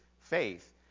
faith